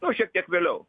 nu šiek tiek vėliau